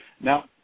now